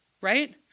right